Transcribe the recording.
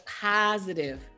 positive